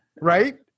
Right